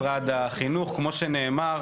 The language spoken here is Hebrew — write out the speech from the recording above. אנחנו שמחים על עצם המעבר למשרד החינוך,